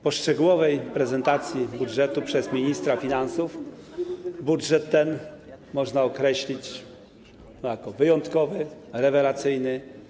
Po szczegółowej prezentacji budżetu przez ministra finansów budżet ten można określić jako wyjątkowy, rewelacyjny.